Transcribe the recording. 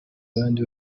abandi